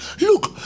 look